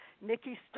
Nikki